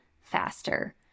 faster